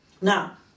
Now